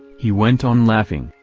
he went on laughing,